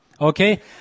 Okay